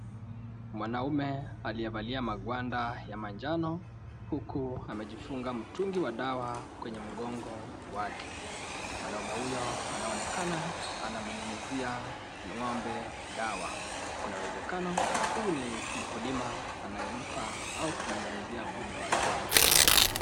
Mwanamume aliyevalia magwada ya manjano, huku amejifunga mtungi ya dawa kwenye mgongo wake, mwanamume huyo anaonekana ananyunyuzia ng'ombe dawa, kuna uwezekano huyu ni mkulima anayempa au kumnyunyuzia ng'ombe wake dawa.